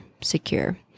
secure